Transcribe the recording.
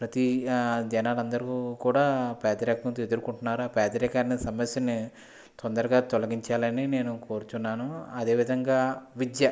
ప్రతి జనాలందరూ కూడా పేదరికంతో ఎదుర్కొంటున్నారు ఆ పేదరికమనే సమస్యని తొందరగా తొలగించాలని నేను కోరుతున్నాను అదేవిధంగా విద్య